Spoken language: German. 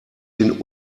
den